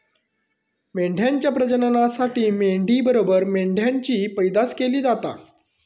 मेंढ्यांच्या प्रजननासाठी मेंढी बरोबर मेंढ्यांची पैदास केली जाता